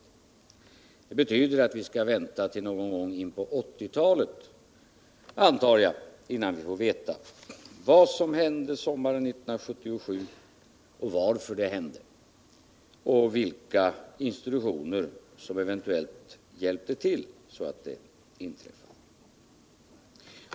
Jag antar att det betyder att vi skall vänta till någon gång in på 1980-talet innan vi får veta vad som hände sommaren 1977, varför det hände och vilka institutioner som eventuellt hjälpte ull därmed.